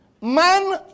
man